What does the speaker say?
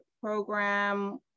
program